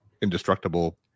indestructible